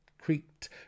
creaked